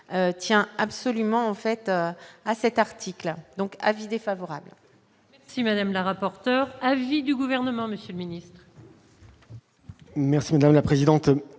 tient absolument en fait à cet article donc avis défavorable. Si Madame la rapporteure, allié du gouvernement Monsieur Mini. Merci madame la présidente,